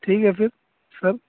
ٹھیک ہے پھر سر